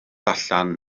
allan